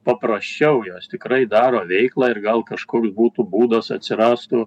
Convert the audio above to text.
paprasčiau jos tikrai daro veiklą ir gal kažkoks būtų būdas atsirastų